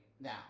now